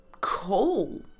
cool